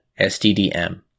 SDDM